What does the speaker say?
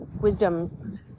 wisdom